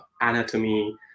anatomy